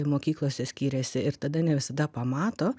ir mokyklose skiriasi ir tada ne visada pamato